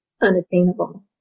unattainable